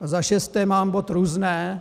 Za šesté mám bod různé.